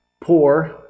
poor